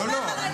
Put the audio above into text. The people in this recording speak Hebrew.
לא, לא.